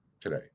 today